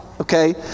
okay